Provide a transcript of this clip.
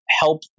help